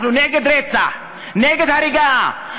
אנחנו נגד רצח, נגד הריגה.